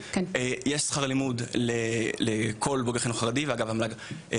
יש שכר לימוד לכל בוגרי החינוך החרדי והמועצה להשכלה